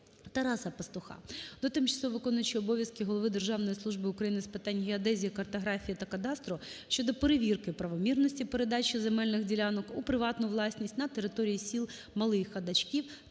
Тараса Пастуха до тимчасово виконуючого обов'язки голови Державної служби України з питань геодезії, картографії та кадастру щодо перевірки правомірності передачі земельних ділянок у приватну власність на території сіл Малий Ходачків